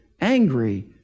angry